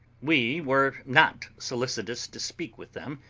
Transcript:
we were not solicitous to speak with them,